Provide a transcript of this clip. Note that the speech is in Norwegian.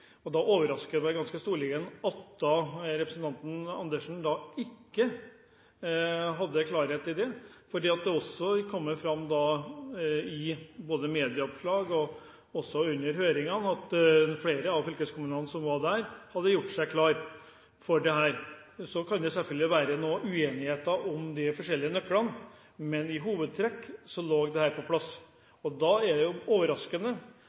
Da overrasker det meg ganske storlig at representanten Andersen ikke hadde klarhet i det, for det kom fram i medieoppslag, og også under høringen kom det fram at flere av fylkeskommunene som var der, hadde gjort seg klar for dette. Så kan det selvfølgelig være noen uenigheter om de forskjellige nøklene, men i hovedtrekk lå dette på plass. Da er det overraskende